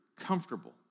comfortable